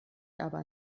aber